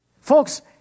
Folks